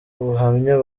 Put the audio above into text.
ubuhamya